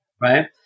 Right